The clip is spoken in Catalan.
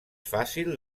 fàcil